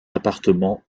appartements